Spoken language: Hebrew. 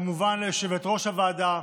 כמובן ליושבת-ראש הוועדה,